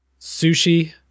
Sushi